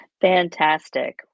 Fantastic